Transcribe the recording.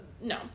No